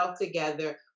together